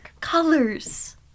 Colors